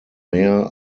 mehr